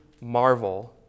marvel